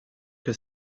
que